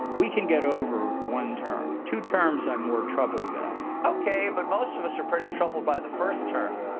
we can get over one term. two terms, i'm more troubled about. stephen okay. but most of us are pretty troubled by the first term.